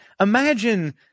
imagine